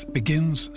begins